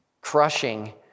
crushing